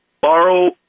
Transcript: borrow